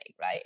right